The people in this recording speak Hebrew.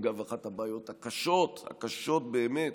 אגב, אחת הבעיות הקשות, הקשות באמת,